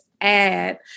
add